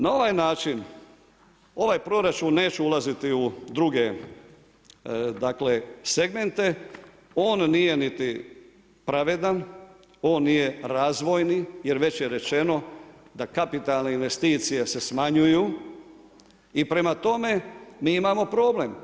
Na ovaj način ovaj proračun, neću ulaziti u druge segmente, on nije niti pravedan, on nije razvojni jer već je rečeno da kapitalne investicije se smanjuju i prema tome mi imamo problem.